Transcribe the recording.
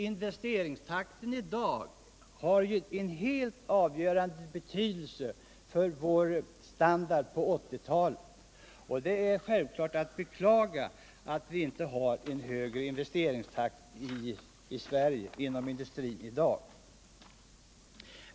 Investeringstakten har i dag en helt avgörande betydelse för vår standard på 1980-talet, och självklart är det att beklaga att vi inte har en högre industriell investeringstakt i Sverige i dag.